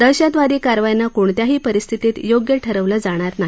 दहशतवादी कारवायांना कोणत्याही परिस्थितीत योग्य ठरवलं जाणार नाही